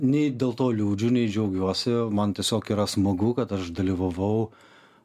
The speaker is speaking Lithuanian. nei dėl to liūdžiu nei džiaugiuosi man tiesiog yra smagu kad aš dalyvavau